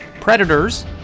Predators